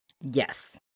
Yes